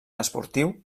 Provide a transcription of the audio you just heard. esportiu